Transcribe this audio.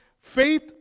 faith